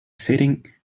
sitting